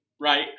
right